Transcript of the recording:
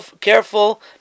careful